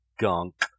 gunk